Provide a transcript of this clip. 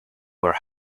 were